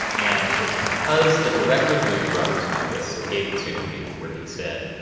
and it's because the director of the movie, robert zemeckis, gave this interview where he said,